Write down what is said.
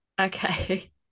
Okay